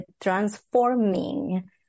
transforming